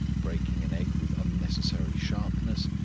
breaking an egg with unnecessary sharpness.